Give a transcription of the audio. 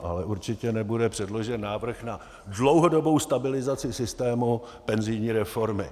Ale určitě nebude předložen návrh na dlouhodobou stabilizaci systému penzijní reformy.